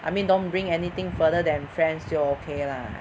I mean don't bring anything further than friends 就 okay lah